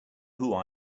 who